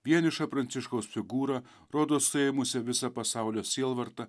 vienišą pranciškaus figūrą rodos suėmusią visą pasaulio sielvartą